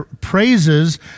praises